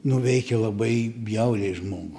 nu veikia labai bjauriai žmogų